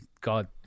God